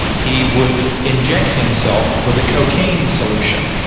he would inject himself with a cocaine solution.